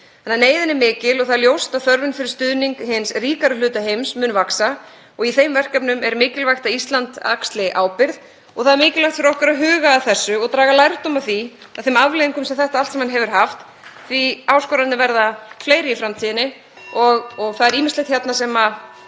Þannig að neyðin er mikil og það er ljóst að þörfin fyrir stuðning hins ríkari hluta heims mun vaxa. Í þeim verkefnum er mikilvægt að Ísland axli ábyrgð og það er mikilvægt fyrir okkur að huga að þessu og draga lærdóm af þeim afleiðingum sem þetta allt saman hefur haft, því að áskoranir verða fleiri í framtíðinni og það er ýmislegt sem við